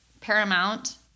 paramount